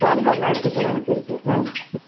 pan கார்டுலாம் இருக்குது sir எனக்கு இருக்குது ஆ